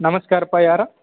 ನಮಸ್ಕಾರಪ್ಪ ಯಾರು